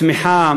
צמיחה